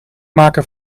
maken